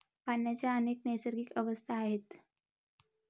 पाण्याच्या अनेक नैसर्गिक अवस्था आहेत